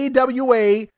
AWA